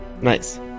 Nice